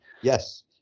yes